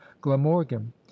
glamorgan